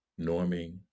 norming